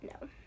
No